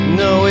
no